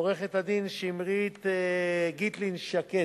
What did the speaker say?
לעורכת-הדין שמרית גיטלין-שקד,